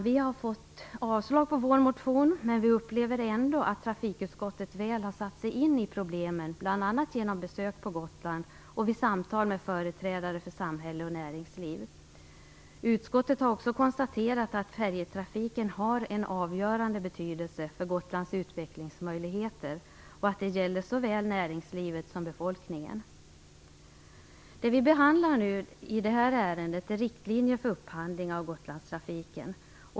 Vi har fått vår motion avstyrkt, men vi upplever ändå att trafikutskottet väl satt sig in i problemen bl.a. genom besök på Gotland och vid samtal med företrädare för samhälle och näringsliv. Utskottet har också konstaterat att färjetrafiken har en avgörande betydelse för Gotlands utvecklingsmöjligheter och att det gäller såväl näringslivet som befolkningen. Det vi behandlar i detta ärende är riktlinjer för upphandling av Gotlandstrafiken.